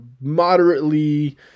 moderately